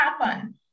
happen